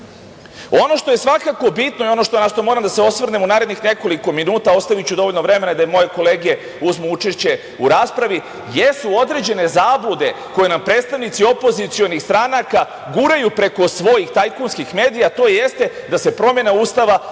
EU.Ono što je svakako bitno i ono na šta moram da se osvrnem u narednih nekoliko minuta, a ostaviću dovoljno vremena da i moje kolege uzmu učešće u raspravi, jesu određene zablude koje nam predstavnici opozicionih stranaka guraju preko svojih tajkunskih medija, to jeste da se promena Ustava odnosi